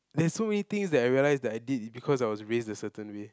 there's so many thing that I realised that I did is because I was raised a certain way